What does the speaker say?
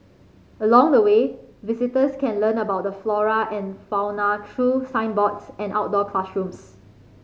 along the way visitors can learn about the flora and fauna through signboards and outdoor classrooms